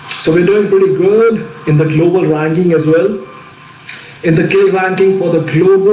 so we're doing pretty good in the global ranking as well in the k banking for the